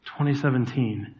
2017